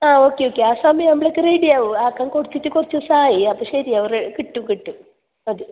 ആ okay okay ആ സമയം ആവുമ്പോളേക്ക് റെഡി ആവും ആക്കാൻ കൊടുത്തിട്ട് കുറച്ച് ദിവസം ആയി അത് ശരി ആവും കിട്ടും കിട്ടും മതി